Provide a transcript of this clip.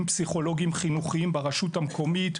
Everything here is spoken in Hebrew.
פסיכולוגיים חינוכיים ברשות המקומית,